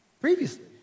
previously